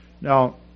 Now